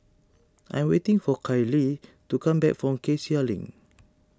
I am waiting for Kyler to come back from Cassia Link